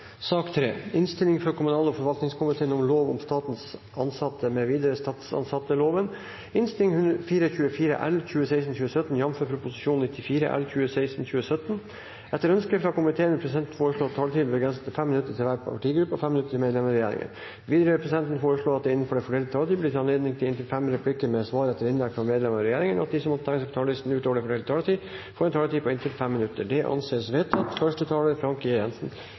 forvaltningskomiteen vil presidenten foreslå at taletiden begrenses til 5 minutter til hver partigruppe og 5 minutter til medlem av regjeringen. Videre vil presidenten foreslå at det – innenfor den fordelte taletid – blir gitt anledning til inntil fem replikker med svar etter innlegg fra medlem av regjeringen, og at de som måtte tegne seg på talerlisten utover den fordelte taletid, får en taletid på inntil 5 minutter. Det anses vedtatt.